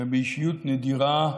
באישיות נדירה,